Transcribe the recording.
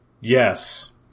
Yes